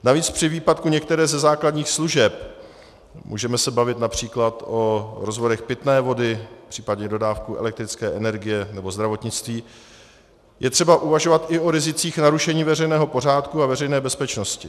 Navíc při výpadku některé ze základních služeb můžeme se bavit například o rozvodech pitné vody, případně dodávce elektrické energie nebo zdravotnictví je třeba uvažovat i o rizicích narušení veřejného pořádku a veřejné bezpečnosti.